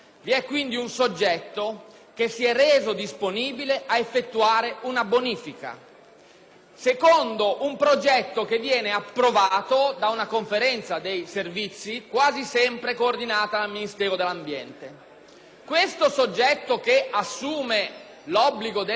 secondo un progetto che viene approvato da una Conferenza dei servizi, quasi sempre coordinata dal Ministero dell'ambiente. Questo soggetto, che assume l'obbligo della bonifica e che lo pone in essere, o è messo in condizione